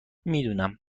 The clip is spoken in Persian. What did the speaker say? میدونم